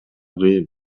кыйын